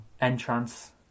Entrance